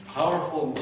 powerful